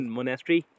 Monastery